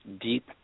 deep